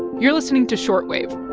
you're listening to short wave